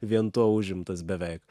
vien tuo užimtas beveik